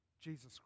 Jesus